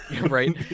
right